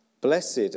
Blessed